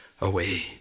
away